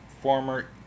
Former